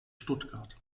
stuttgart